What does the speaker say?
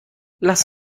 lass